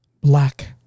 Black